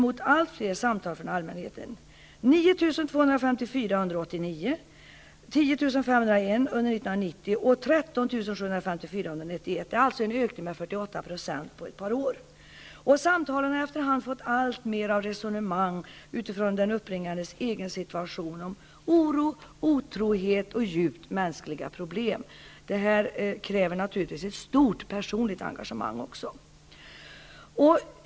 och 13 754 under 1991. Det är således en ökning med 48 % på ett par år. Samtalen har efterhand fått alltmer karaktären av resonemang utifrån den uppringandes egen situation om oro, otrohet och djupt mänskliga problem. Det kräver naturligtvis också ett stort personligt engagemang.